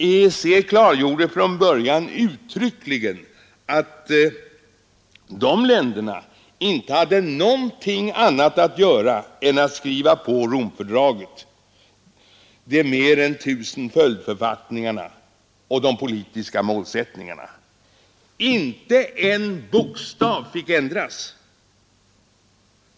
EEC klargjorde från början uttryckligen att de länderna inte hade någonting annat att göra än att skriva under Romfördraget, de mer än 1 000 följdförfattningarna och de politiska målsättningarna. Inte en bokstav fick ändras!